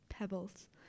pebbles